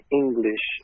english